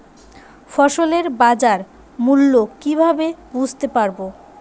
ফসলের বাজার মূল্য কিভাবে বুঝতে পারব?